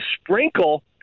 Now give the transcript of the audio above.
sprinkle –